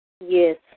Yes